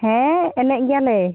ᱦᱮᱸ ᱮᱱᱮᱡ ᱜᱮᱭᱟᱞᱮ